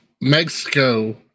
Mexico